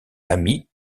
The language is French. lamy